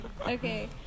Okay